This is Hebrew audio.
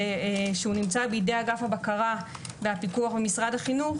שנמצא בידי אגף הבקרה והפיקוח במשרד החינוך,